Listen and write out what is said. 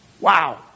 Wow